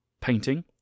painting